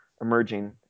emerging